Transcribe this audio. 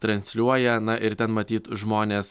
transliuoja na ir ten matyt žmonės